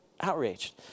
outraged